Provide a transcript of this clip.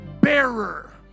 bearer